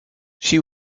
she